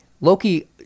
Loki